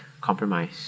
compromise